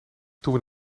toen